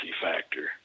factor